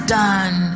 done